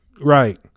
Right